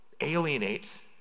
alienate